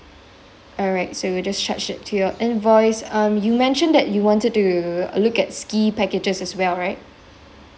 alright so we'll just charge it to your invoice um you mentioned that you wanted to look at ski packages as well right